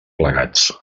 plegats